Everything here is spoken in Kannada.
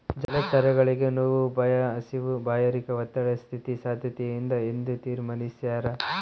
ಜಲಚರಗಳಿಗೆ ನೋವು ಭಯ ಹಸಿವು ಬಾಯಾರಿಕೆ ಒತ್ತಡ ಸ್ಥಿತಿ ಸಾದ್ಯತೆಯಿಂದ ಎಂದು ತೀರ್ಮಾನಿಸ್ಯಾರ